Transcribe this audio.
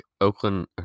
Oakland